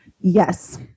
yes